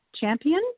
Champion